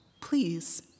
please